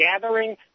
gathering